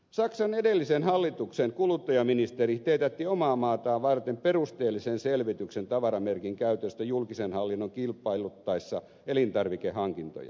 saksan edellisen hallituksen kuluttajaministeri teetätti omaa maataan varten perusteellisen selvityksen tavaramerkin käytöstä julkisen hallinnon kilpailuttaessa elintarvikehankintojaan